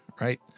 Right